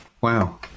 Wow